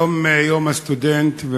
היום יום הסטודנט,